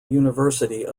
university